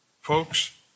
Folks